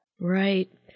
Right